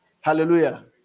Hallelujah